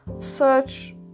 Search